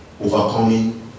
overcoming